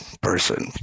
person